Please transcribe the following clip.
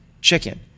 chicken